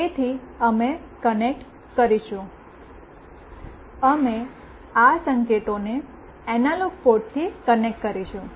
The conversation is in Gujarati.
તેથી અમે કનેક્ટ કરીશું અમે આ સંકેતોને એનાલોગ પોર્ટથી કનેક્ટ કરીશું